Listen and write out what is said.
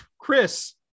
Chris